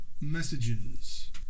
messages